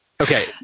Okay